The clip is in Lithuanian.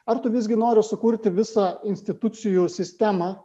ar tu visgi nori sukurti visą institucijų sistemą